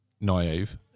naive